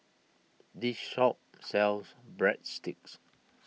this shop sells Breadsticks